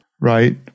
right